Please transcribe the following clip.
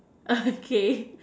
okay